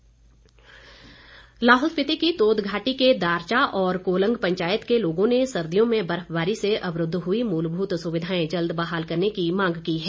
ज्ञापन लाहौल स्पीति की तोद घाटी के दारचा और कोलंग पंचायत के लोगों ने सर्दियों में बर्फबारी से अवरूद्व हुई मूलभूत सुविधाएं जल्द बहाल करने की मांग की है